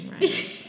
Right